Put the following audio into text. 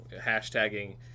hashtagging